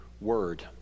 word